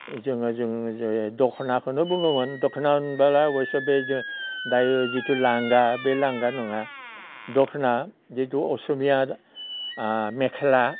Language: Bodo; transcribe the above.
जोङो दख'नाखौनो बुङोमोन दख'ना होनब्ला अबयसे बे जों दायो जिथु लांगा बे लांगा नङा दख'ना जिथु असमिया मेख्ला